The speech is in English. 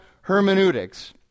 hermeneutics